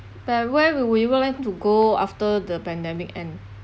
but where will you will like to go after the pandemic end